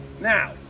now